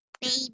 Baby